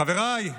חבריי,